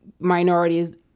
minorities